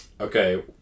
Okay